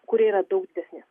kurie yra daug didesni